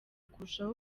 kurushaho